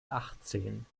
achtzehn